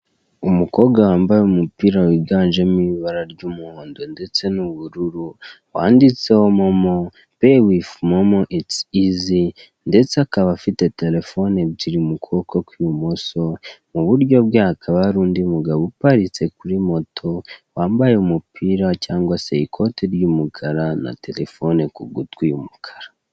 Umukobwa wambaye umupira wiganjemo ibara ry'umuhondo n'ubururu wanditseho momo, peyi wifu momo itsi izi, ndetse akaba afite terefoni ebyiri mu kuboko kw'ibumoso, mu buryo bwe hakaba hari undi mugabo uparitse kuri moto wambaye umupira cyangwa se ikoti ry'umukara na terefone ku gutwi y'umukara.